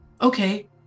Okay